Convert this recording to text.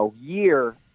year